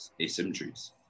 asymmetries